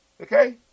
Okay